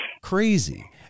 crazy